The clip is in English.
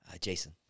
Jason